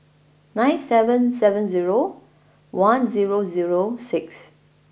nine seven seven zero one zero zero six